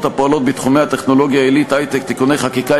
הפועלות בתחומי הטכנולוגיה העילית (היי-טק) (תיקוני חקיקה),